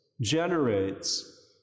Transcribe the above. generates